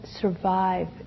survive